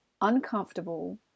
uncomfortable